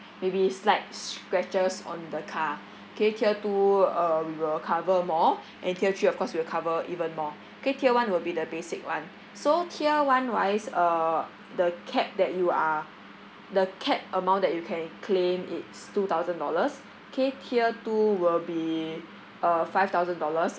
maybe slight scratches on the car K tier two uh we will cover more and tier three of course we will cover even more K tier one will be the basic one so tier one wise uh the cap that you are the cap amount that you can claim it's two thousand dollars K tier two will be uh five thousand dollars